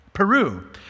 Peru